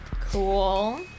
Cool